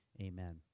Amen